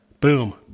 Boom